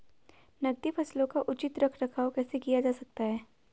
नकदी फसलों का उचित रख रखाव कैसे किया जा सकता है?